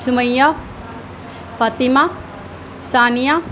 Sumaiya Fatima Sania